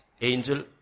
Angel